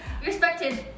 Respected